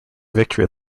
victory